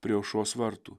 prie aušros vartų